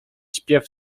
śpiew